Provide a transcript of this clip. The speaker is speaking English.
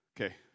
Okay